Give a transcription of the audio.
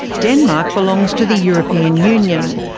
denmark belongs to the european union,